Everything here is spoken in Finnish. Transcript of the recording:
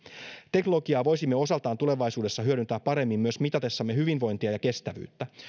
teknologiaa voisimme osaltaan tulevaisuudessa hyödyntää paremmin myös mitatessamme hyvinvointia ja kestävyyttä